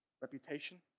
Reputation